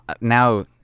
Now